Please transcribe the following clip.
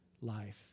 life